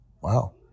Wow